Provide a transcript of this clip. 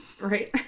right